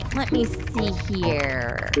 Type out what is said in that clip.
let me see here.